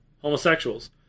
Homosexuals